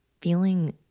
feeling